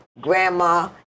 grandma